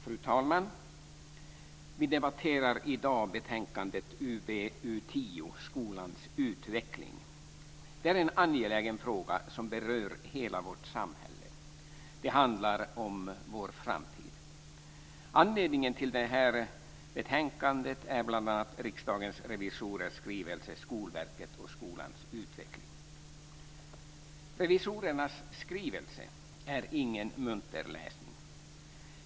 Fru talman! Vi debatterar i dag betänkandet UbU10 Skolans utveckling. Det är en angelägen fråga som berör hela vårt samhälle. Det handlar om vår framtid. Anledningen till detta betänkande är bl.a. Riksdagens revisorers skrivelse Skolverket och skolans utveckling. Revisorernas skrivelse är ingen munter läsning.